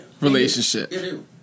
relationship